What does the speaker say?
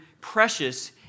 precious